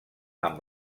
amb